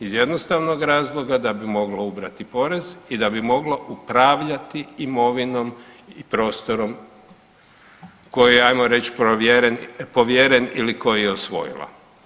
Iz jednostavnog razloga da bi moglo ubrati porez i da bi moglo upravljati imovinom i prostorom koji je hajmo reći povjeren ili koji je osvojila.